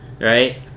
right